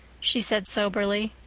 she said soberly.